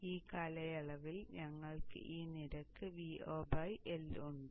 അതിനാൽ ഈ കാലയളവിൽ ഞങ്ങൾക്ക് ഈ നിരക്ക് Vo L ഉണ്ട്